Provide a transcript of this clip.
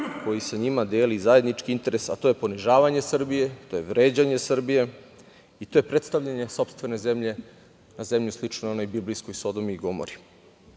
koji sa njima deli zajednički interes, a to je ponižavanje Srbije, to je vređanje Srbije, i to je predstavljanje sopstvene zemlje na zemlji sličnoj onoj biblijskoj sodomi i gomori.